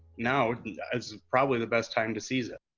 now is probably the best time to seize it.